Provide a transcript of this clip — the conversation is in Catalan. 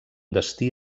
destí